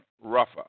rougher